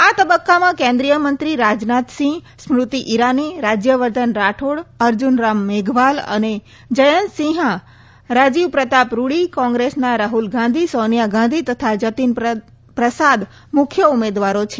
આ તબક્કામાં કેન્દ્રીય મંત્રી રાજનાથસિંહ સ્મૃતિ ઈરાની રાજ્યવર્ધન રાઠોડ અર્જુન રામ મેઘવાલ અને જયંત સિંહા રાજીવ પ્રતાપ રૂડી કોંગ્રેસના રાહુલ ગાંધી સોનીયા ગાંધી તથા જતીન પ્રસાદ મુખ્ય ઉમેદવારો છે